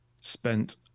Spent